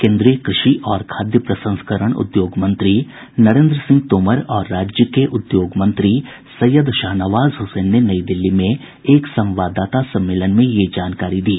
केन्द्रीय कृषि और खाद्य प्रसंस्करण उद्योग मंत्री नरेन्द्र सिंह तोमर और राज्य के उद्योग मंत्री सैय्यद शाहनवाज हुसैन ने नई दिल्ली में एक संवाददाता सम्मेलन में यह जानकारी दी